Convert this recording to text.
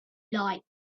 light